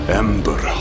ember